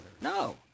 No